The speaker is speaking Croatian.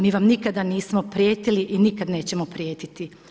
Mi vam nikada nismo prijetili i nikad nećemo prijetiti.